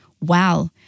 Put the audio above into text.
wow